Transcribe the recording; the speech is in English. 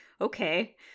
Okay